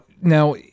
Now